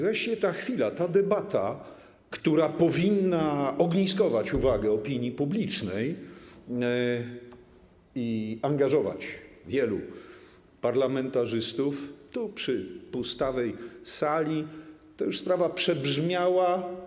Właśnie ta chwila, ta debata, która powinna ogniskować uwagę opinii publicznej i angażować wielu parlamentarzystów, tu, przy pustawej sali, to już sprawa przebrzmiała.